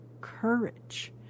courage